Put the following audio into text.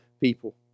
people